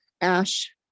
ash